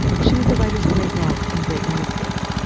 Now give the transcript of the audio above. she was the writer's great love and great nemesis,